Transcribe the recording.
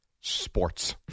Sports